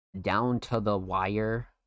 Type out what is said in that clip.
down-to-the-wire